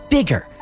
Bigger